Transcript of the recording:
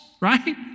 right